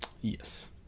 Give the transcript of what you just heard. Yes